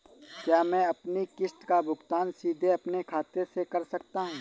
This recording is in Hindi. क्या मैं अपनी किश्त का भुगतान सीधे अपने खाते से कर सकता हूँ?